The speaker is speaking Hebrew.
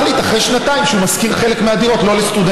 אחרי שנתיים הוא יכול להחליט שהוא משכיר חלק מהדירות לא לסטודנטים,